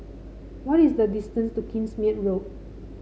what is the distance to Kingsmead Road